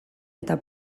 eta